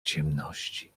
ciemności